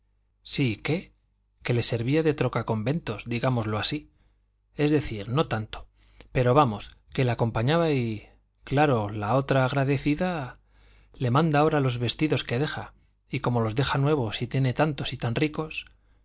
sí qué que le servía de trotaconventos digámoslo así es decir no tanto pero vamos que la acompañaba y claro la otra agradecida le manda ahora los vestidos que deja y como los deja nuevos y tiene tantos y tan ricos